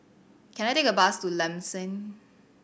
can I take a bus to Lam San